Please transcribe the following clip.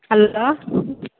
hello